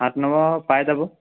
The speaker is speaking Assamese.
আঠ নম্বৰ পাই যাব